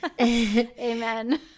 Amen